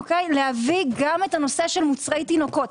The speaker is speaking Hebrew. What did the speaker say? להביא גם את הנושא של מוצרי תינוקות.